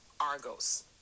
argos